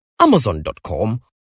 amazon.com